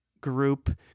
group